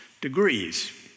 degrees